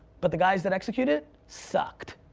but the guys that executed it sucked,